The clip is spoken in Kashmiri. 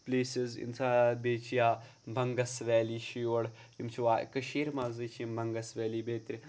پٕلیسِز بیٚیہِ چھِ یا بَنٛگَس ویلی چھِ یور یِم چھِ وا کٔشیٖرِ مَنٛزٕے چھِ یِم بَنگَس ویلی بیترِ